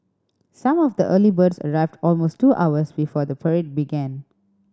some of the early birds arrived almost two hours before the parade began